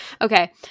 Okay